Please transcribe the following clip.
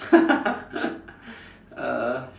uh